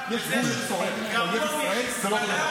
לזה שהוא גרוע מחיזבאללה?